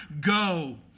go